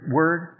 word